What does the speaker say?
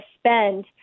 spend